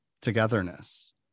togetherness